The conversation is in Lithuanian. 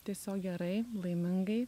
tiesiog gerai laimingai